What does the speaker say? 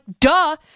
duh